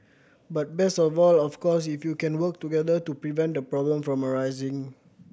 but best of all of course if you can work together to prevent the problem from arising